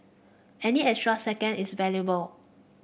any extra second is valuable